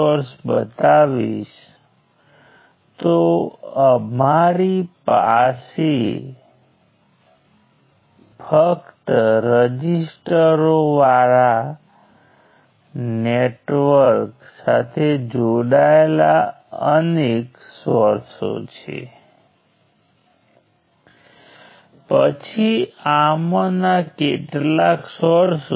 તેથી જો હું બ્રાન્ચ 2 ઉમેરું તો અહીં એક લૂપ હશે જો હું બ્રાન્ચ 3 ઉમેરું તો ત્યાં લૂપ હશે અને જો હું બ્રાન્ચ 8 ઉમેરીશ તો 6 7 અને 8 બ્રાન્ચીઝ દ્વારા લૂપ ફોર્મ હશે